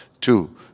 two